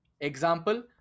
example